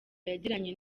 yagiranye